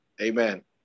amen